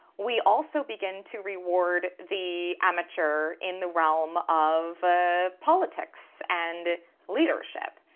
we also begin to reward the amateur in the realm of ah politics and leadership.